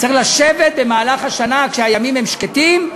צריך לשבת במהלך השנה, כשהימים שקטים,